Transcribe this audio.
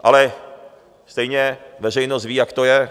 Ale stejně veřejnost ví, jak to je.